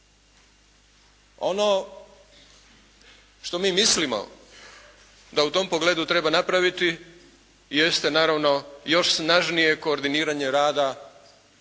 Ono što mi mislimo da u tom pogledu treba napraviti jeste naravno još snažnije koordiniranje rada